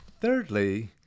thirdly